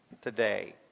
today